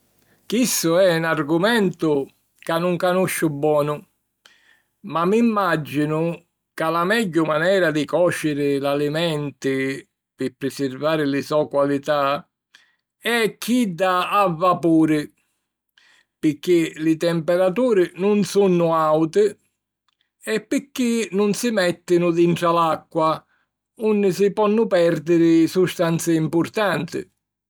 Chissu è 'n argumentu ca nun canusciu bonu ma mi mmàginu ca la megghiu manera di còciri l'alimenti pi prisirvari li so' qualità è chidda a vapuri, pirchì li temperaturi nun sunnu àuti e picchì nun si mèttinu dintra l'acqua, unni si ponnu pèrdiri sustanzi mpurtanti.